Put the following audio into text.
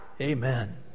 amen